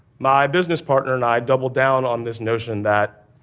my business partner and i doubled down on this notion that